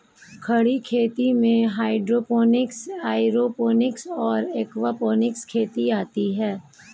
खड़ी खेती में हाइड्रोपोनिक्स, एयरोपोनिक्स और एक्वापोनिक्स खेती आती हैं